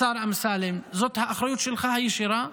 השר אמסלם, זאת האחריות הישירה שלך.